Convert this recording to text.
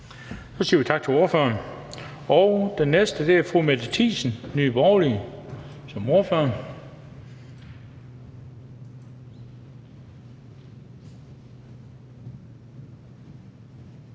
Så siger vi tak til ordføreren. Den næste er fru Mette Thiesen, Nye Borgerlige, som ordfører.